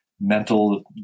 mental